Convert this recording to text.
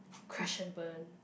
crash and burn